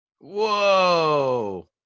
Whoa